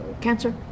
cancer